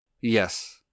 Yes